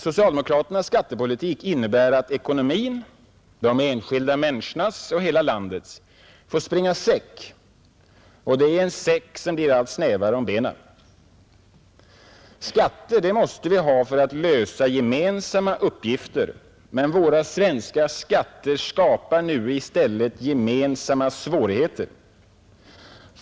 Socialdemokraternas skattepolitik innebär att ekonomin — de enskilda människornas och hela landets — får springa säck och det i en säck som blir allt snävare om benen. Skatter måste vi ha för att lösa gemensamma uppgifter, men våra svenska skatter skapar nu i stället gemensamma svårigheter.